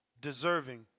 deserving